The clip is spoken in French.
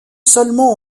seulement